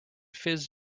fizz